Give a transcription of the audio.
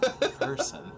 person